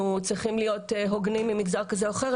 צריכים להיות הוגנים עם מגזר כזה או אחר,